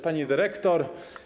Pani Dyrektor!